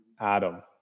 Adam